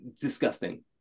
disgusting